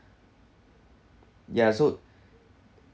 ya so